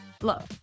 Look